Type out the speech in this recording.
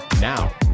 Now